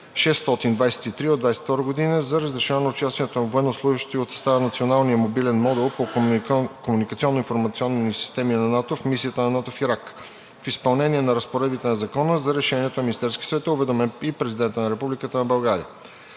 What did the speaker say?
623 от 2022 г. за разрешаване участието на военнослужещи от състава на Националния мобилен модул по комуникационно-информационни системи на НАТО в Мисията на НАТО в Ирак. В изпълнение на разпоредбите на Закона за Решението на Министерския съвет е уведомен и Президентът на Република България.